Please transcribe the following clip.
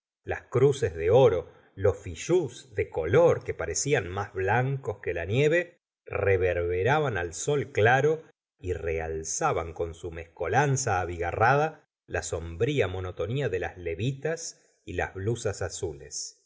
las cruces de oro los fichús de color que pa recían más blancos que la nieve reverberaban al sol claro y realzaban con su mescolanza abigarrada la sombría monotonía de las levitas y las blusas azules